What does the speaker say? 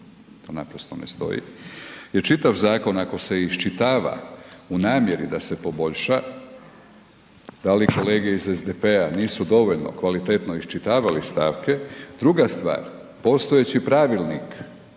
to naprosto ne stoji. Jer čitav zakon ako se iščitava u namjeri da se poboljša, da li kolege iz SDP-a nisu dovoljno kvalitetno iščitavali stavke? Druga stvar postojeći pravilnik